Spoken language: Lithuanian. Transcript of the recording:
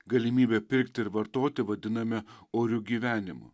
galimybę pirkti ir vartoti vadiname oriu gyvenimu